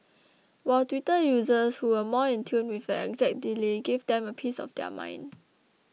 while Twitter users who were more in tune with the exact delay gave them a piece of their mind